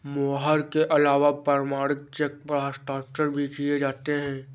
मोहर के अलावा प्रमाणिक चेक पर हस्ताक्षर भी किये जाते हैं